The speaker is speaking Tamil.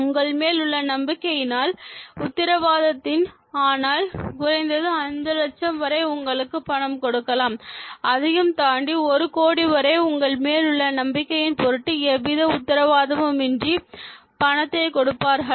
உங்களின் மேல் உள்ள நம்பிக்கையினால் உத்தரவாதத்தின் ஆனால் குறைந்தது 5 லட்சம் வரை உங்களுக்கு பணம் கொடுக்கலாம் அதையும் தாண்டி ஒரு கோடி வரை உங்கள் மேல் உள்ள நம்பிக்கையின் பொருட்டு எந்தவித உத்தரவாதமும் இன்றி பணத்தை கொடுப்பார்களா